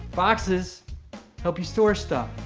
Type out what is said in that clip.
boxes help you stuff.